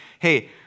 hey